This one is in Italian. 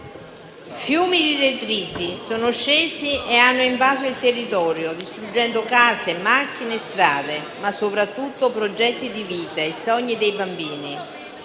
Fiumi di detriti sono scesi e hanno invaso il territorio, distruggendo case, macchine e strade, ma soprattutto progetti di vita e sogni di bambini.